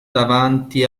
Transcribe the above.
davanti